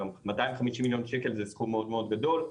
250 מיליון ₪ זה סכום מאוד מאוד גדול.